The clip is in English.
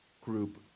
group